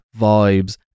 vibes